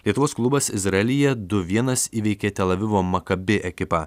lietuvos klubas izraelyje du vienas įveikė tel avivo maccabi ekipą